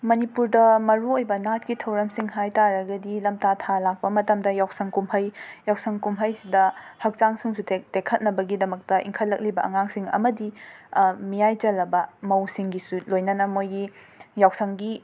ꯃꯅꯤꯄꯨꯔꯗ ꯃꯔꯨ ꯑꯣꯏꯕ ꯅꯥꯠꯀꯤ ꯊꯧꯔꯝꯁꯤꯡ ꯍꯥꯏꯕ ꯇꯥꯔꯒꯗꯤ ꯂꯝꯇꯥ ꯊꯥ ꯂꯥꯛꯄ ꯃꯇꯝꯗ ꯌꯥꯎꯁꯪ ꯀꯨꯝꯍꯩ ꯌꯥꯎꯁꯪ ꯀꯨꯝꯍꯩꯁꯤꯗ ꯍꯛꯆꯥꯡꯁꯨꯡꯁꯨ ꯇꯦꯛ ꯇꯦꯛꯈꯠꯍꯟꯅꯕꯒꯤꯗꯃꯛꯇ ꯏꯪꯈꯠꯂꯛꯂꯤꯕ ꯑꯉꯥꯡꯁꯤꯡ ꯑꯃꯗꯤ ꯃꯤꯌꯥꯏ ꯆꯜꯂꯕ ꯃꯧꯁꯤꯡꯒꯤꯁꯨ ꯂꯣꯏꯅꯅ ꯃꯣꯏꯒꯤ ꯌꯥꯎꯁꯪꯒꯤ